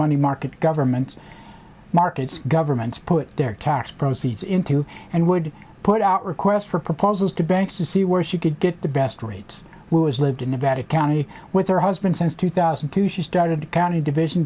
money market government markets governments put their tax proceeds into and would put out requests for proposals to banks to see where she could get the best rates was lived in nevada county with her husband since two thousand and two she started the county division